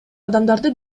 адамдарды